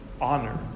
honor